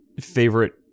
Favorite